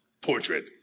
portrait